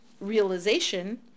realization